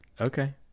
Okay